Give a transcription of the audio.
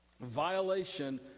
violation